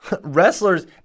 wrestlers